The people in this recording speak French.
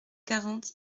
quarante